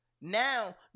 Now